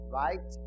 right